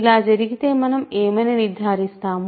ఇలా జరిగితే మనం ఏమని నిర్ధారిస్తాము